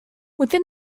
within